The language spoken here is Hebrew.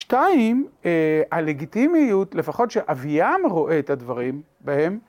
שתיים, הלגיטימיות, לפחות שאביאם רואה את הדברים בהם.